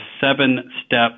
seven-step